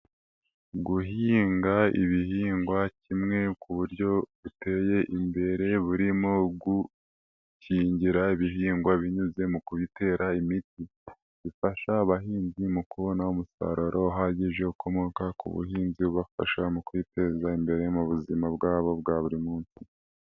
Guhinga ibihingwa kimwe ku buryo buteye imbere burimo gukingira ibihingwa binyuze mu bitera imiyi, bifasha abahinzi mu kubona umusaruro uhagije ukomoka ku buhinzi, ubafasha mu kwiteza imbere mu buzima bwabo bwa buri munsi.